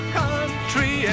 country